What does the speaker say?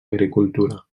agricultura